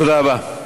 תודה רבה.